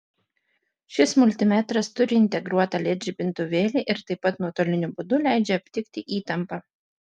šis multimetras turi integruotą led žibintuvėlį ir taip pat nuotoliniu būdu leidžia aptikti įtampą